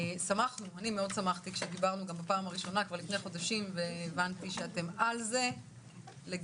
מאוד שמחתי כשדברנו בפעם הראשונה לפני חודשים והבנתי שאתם על זה לגמרי,